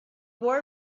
boy